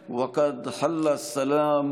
איתו שלום,